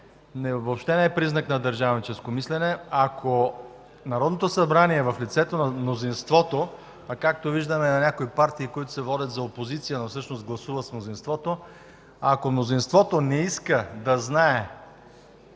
въобще не е признак на държавническо мислене. Ако Народното събрание в лицето на мнозинството, а както виждаме – и на някои партии, които се водят за опозиция, но всъщност гласуват с мнозинството, не иска да знаем